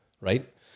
right